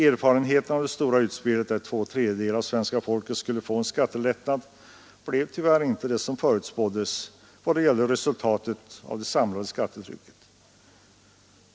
Erfarenheterna av det stora utspelet, där två tredjedelar av svenska folket skulle få en skattelättnad blev tyvärr inte de som förutspåddes vad gäller det samlade skattetrycket.